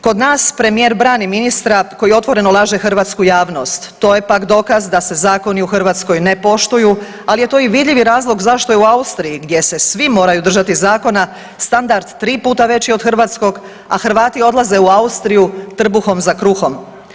Kod nas Premijer brani ministra koji otvoreno laže hrvatsku javnost, to je pak dokaz da se zakoni u Hrvatskoj ne poštuju, ali je to i vidljivi razlog zašto je u Austriji, gdje se svi moraju držati zakona, standard tri puta veći od hrvatskog, a Hrvati odlaže u Austriju trbuhom za kruhom.